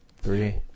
Three